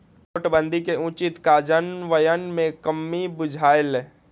नोटबन्दि के उचित काजन्वयन में कम्मि बुझायल